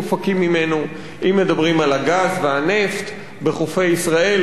אם מדברים על הגז והנפט בחופי ישראל או בפצלי השמן,